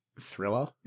thriller